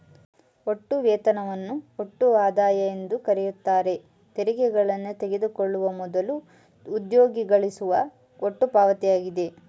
ಒಟ್ಟು ವೇತನವನ್ನು ಒಟ್ಟು ಆದಾಯ ಎಂದುಕರೆಯುತ್ತಾರೆ ತೆರಿಗೆಗಳನ್ನು ತೆಗೆದುಕೊಳ್ಳುವ ಮೊದಲು ಉದ್ಯೋಗಿ ಗಳಿಸುವ ಒಟ್ಟು ಪಾವತಿಯಾಗಿದೆ